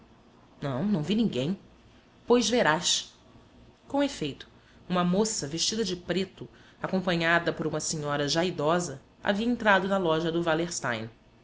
não não vi ninguém pois verás com efeito uma moça vestida de preto acompanhada por uma senhora já idosa havia entrado na loja do